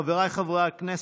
חבריי חברי הכנסת,